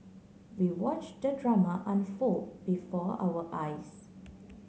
we watch the drama unfold before our eyes